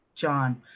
John